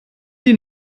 die